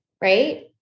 Right